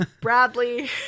Bradley